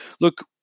look